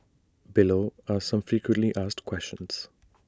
below are some frequently asked questions